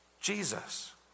Jesus